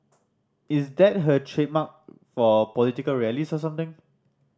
is that her trademark for political rallies or something